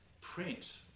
print